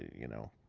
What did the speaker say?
you know.